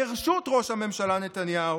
ברשות ראש הממשלה נתניהו,